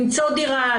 למצוא דירה,